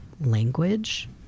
language